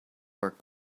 work